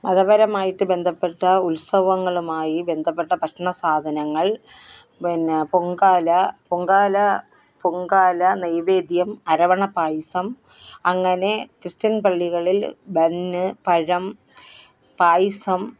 മതപരമായിട്ട് ബന്ധപ്പെട്ട ഉത്സവങ്ങളുമായി ബന്ധപ്പെട്ട ഭക്ഷണ സാധനങ്ങൾ പിന്നെ പൊങ്കാല പൊങ്കാല പൊങ്കാല നൈവേദ്യം അരവണപ്പായസം അങ്ങനെ ക്രിസ്ത്യൻ പള്ളികളിൽ ബന്ന് പഴം പായ്സം